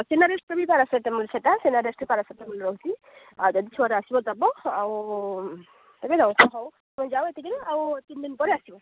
ସିନାରେଷ୍ଟଟା ବି ପାରାସେଟାମୋଲ୍ ସେଇଟା ସିନାରେଷ୍ଟଟ୍ରେ ବି ପାରାସେଟାମୋଲ୍ ରହୁଛି ଆଉ ଯଦି ଜ୍ଵର ଆସିବ ଦେବ ଆଉ ତୁମେ ଯାଅ ଏତିକିରେ ଆଉ ତିନି ଦିନ ପରେ ଆସିବ